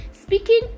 Speaking